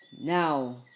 Now